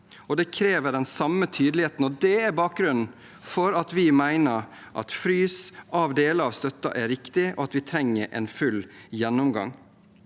det krever den samme tydeligheten. Det er bakgrunnen for at vi mener at frys av deler av støtten er riktig, og at vi trenger en full gjennomgang.